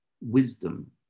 wisdom